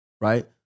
Right